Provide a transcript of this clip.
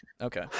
okay